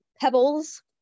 pebbles